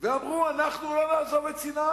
ואמרו: אנחנו לא נעזוב את סיני,